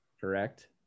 Correct